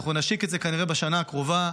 אנחנו נשיק את זה כנראה בשנה הקרובה,